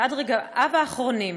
שעד רגעיו האחרונים